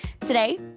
today